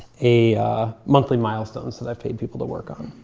a monthly milestones that i've paid people to work on.